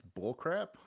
bullcrap